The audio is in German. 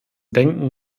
denken